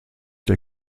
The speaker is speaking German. der